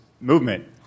movement